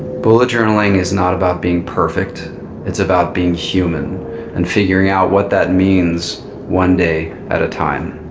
bullet journaling is not about being perfect it's about being human and figuring out what that means one day at a time.